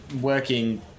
working